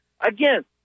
Again